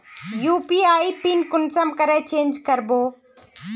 UPI PIN कुंसम करे change करबो?